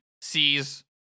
Sees